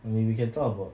baby we can talk about